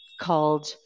called